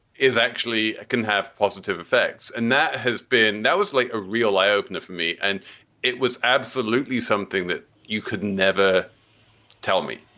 is actually can have positive effects. and that has been that was like a real eye opener for me. and it was absolutely something that you could never tell me.